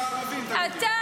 כמה חילקתם לערבים, תגידי?